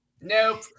Nope